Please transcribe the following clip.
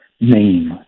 name